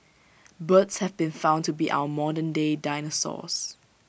birds have been found to be our modernday dinosaurs